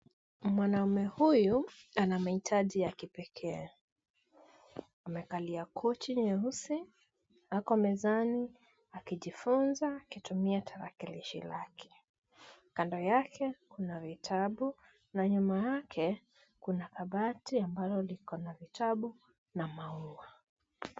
Mwanaume huyu ana mahitaji ya kipekee. Amekalia kochi nyeusi. Ako mezani akijifunza akitumia tarakilishi lake. Kando yake kuna vitabu na nyuma yake kuna kabati ambalo liko na vitabu na maua.